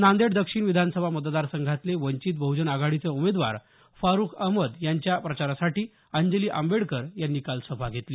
नांदेड दक्षिण विधानसभा मतदारसंघातले वंचित बहजन आघाडीचे उमेदवार फारूक अहमद यांच्या प्रचारासाठी अंजली आंबेडकर यांनी काल सभा घेतली